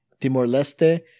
Timor-Leste